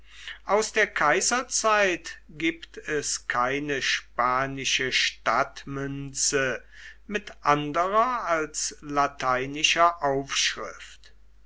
aus der kaiserzeit gibt es keine spanische stadtmünze mit anderer als lateinischer aufschrift